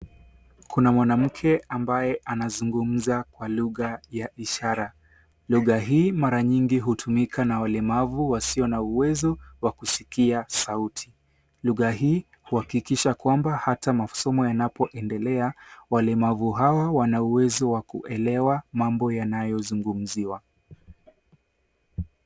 Kuna mwanamke ambaye anazungumza kwa lugha ya ishara. Lugha hii mara nyingi hutumika na walemavu wasio na uwezo wa kusikia sauti. Lugha hii huhakikisha kwamba hata masomo yanapoendelea, walemavu hawa wana uwezo wa kuelewa mambo yanayozungumziwa.